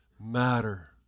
matter